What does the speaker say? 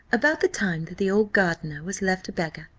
about the time that the old gardener was left a beggar,